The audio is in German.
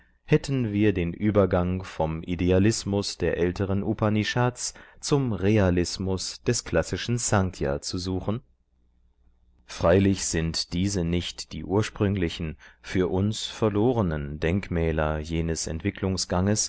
hätten wir den übergang vom idealismus der älteren upanishads zum realismus des klassischen snkhya zu suchen freilich sind diese nicht die ursprünglichen für uns verlorenen denkmäler jenes entwicklungsganges